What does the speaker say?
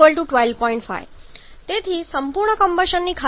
5 તેથી સંપૂર્ણ કમ્બશનની ખાતરી કરવા માટે આ 12